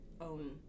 own